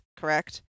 correct